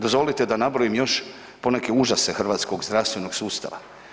Dozvolite da nabrojim još poneke užase hrvatskog zdravstvenog sustava.